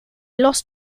lost